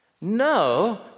No